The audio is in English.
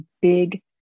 big